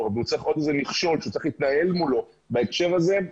והוא צריך עוד איזה מכשול שהוא צריך להתנהל מולו בהקשר הזה,